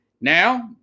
Now